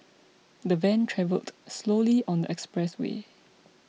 the van travelled slowly on the expressway